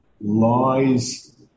lies